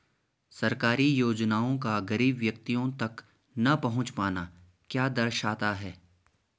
सरकारी योजनाओं का गरीब व्यक्तियों तक न पहुँच पाना क्या दर्शाता है?